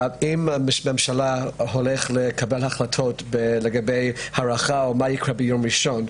אם הממשלה הולכת לקבל החלטות לגבי הארכה ביום ראשון,